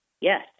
Yes